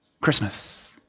Christmas